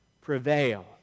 prevail